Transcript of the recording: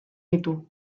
ditu